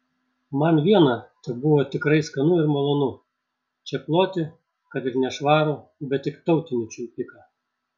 man viena tebuvo tikrai skanu ir malonu čėploti kad ir nešvarų bet tik tautinį čiulpiką